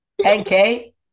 10K